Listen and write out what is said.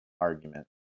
argument